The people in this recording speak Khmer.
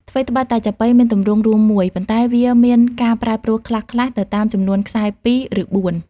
ថ្វីត្បិតតែចាប៉ីមានទម្រង់រួមមួយ ប៉ុន្តែវាមានការប្រែប្រួលខ្លះៗទៅតាមចំនួនខ្សែ ពីរ ឬបួន។